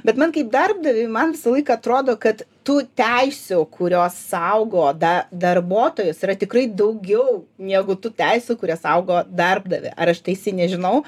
bet man kaip darbdaviui man visą laiką atrodo kad tų teisių kurios saugo da darbuotojus yra tikrai daugiau negu tų teisių kurie saugo darbdavį ar aš teisi nežinau